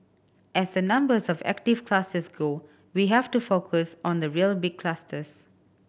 as the numbers of active clusters go we have to focus on the real big clusters